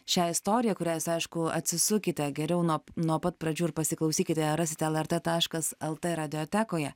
šią istoriją kurią jūs aišku atsisukite geriau nuo nuo pat pradžių ir pasiklausykite ją rasite lrt taškas lt radiotekoje